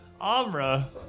Amra